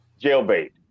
jailbait